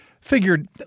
figured